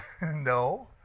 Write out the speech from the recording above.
no